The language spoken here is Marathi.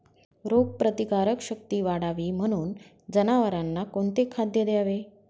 रोगप्रतिकारक शक्ती वाढावी म्हणून जनावरांना कोणते खाद्य द्यावे?